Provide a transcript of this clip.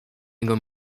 jego